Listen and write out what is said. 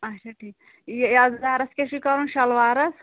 اَچھا ٹھیٖک یہِ یزارَس کیٛاہ چھُے کَرُن شَلوارَس